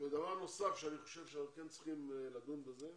ודבר נוסף שאני חושב שאתם צריכים לדון בזה,